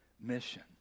mission